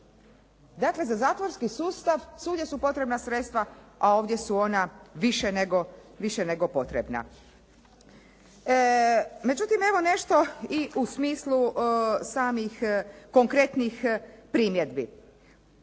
Dakle, za zatvorski sustav svugdje su potrebna sredstva, a ovdje su ona više nego potrebna. Međutim, evo nešto i u smislu samih konkretnih primjedbi.